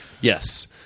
Yes